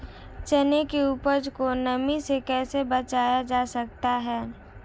चने की उपज को नमी से कैसे बचाया जा सकता है?